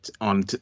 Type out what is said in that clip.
on